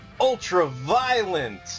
ultra-violent